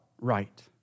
right